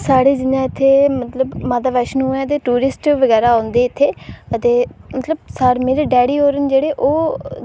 साढ़े जि'यां इत्थै मतलब माता बैश्नों ऐ ते टूरिस्ट बगैरा औंदे इत्थै अते मतलब साढ़े मेरे डैडी होर न जेह्ड़े ओह्